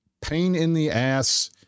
pain-in-the-ass